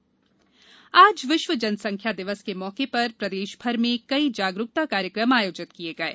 जनसंख्या दिवस आज विश्व जनसंख्या दिवस के मौके पर प्रदेशभर में कई जागरुकता कार्यक्रम आयोजित किये गये